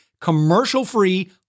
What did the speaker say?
commercial-free